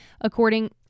according